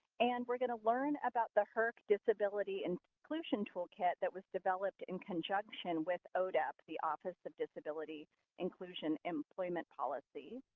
and we're gonna learn about the herc disability and inclusion toolkit that was developed in conjunction with odep, the office of disability inclusion employment policy.